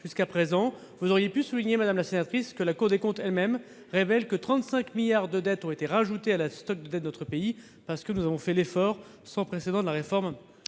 jusqu'à présent. Vous auriez pu souligner, madame la sénatrice, que la Cour des comptes elle-même révèle que 35 milliards de dettes ont été ajoutés au stock de dettes de notre pays, parce que nous avons fait l'effort, sans précédent, de la réforme